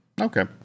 Okay